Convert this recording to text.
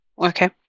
okay